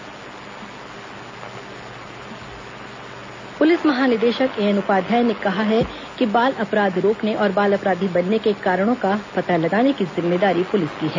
बाल हितैषी प्लिसिंग कार्यशाला पुलिस महानिदेशक एएन उपाध्याय ने कहा है कि बाल अपराध रोकने और बाल अपराधी बनने के कारणों का पता लगाने की जिम्मेदारी पुलिस की है